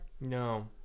No